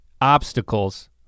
obstacles